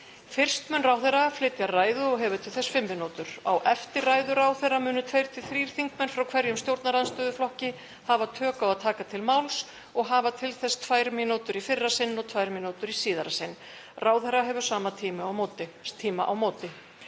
Fyrst mun ráðherra flytja ræðu og hefur til þess fimm mínútur. Á eftir ræðu ráðherra munu tveir til þrír þingmenn frá hverjum stjórnarandstöðuflokki hafa tök á að taka til máls og hafa til þess tvær mínútur í fyrra sinn og tvær mínútur í síðara sinn. Ráðherra hefur sama tíma á móti.